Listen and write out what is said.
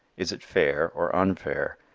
is it fair or unfair,